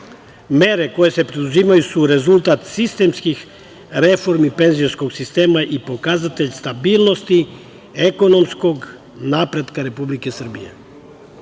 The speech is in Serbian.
koje se preduzimaju su rezultat sistemskih reformi penzijskog sistema i pokazatelj stabilnosti, ekonomskog napretka Republike Srbije. Vlada